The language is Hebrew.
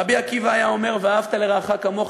רבי עקיבא היה אומר: "ואהבת לרעך כמוך,